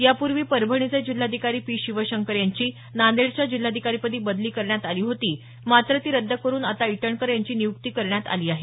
यापूर्वी परभणीचे जिल्हाधिकारी पी शिवशंकर यांची नांदेडच्या जिल्हाधिकारीपदी बदली करण्यात आली होती मात्र ती रद्द करुन आता इटणकर यांची नियुक्ती करण्यात आली आहे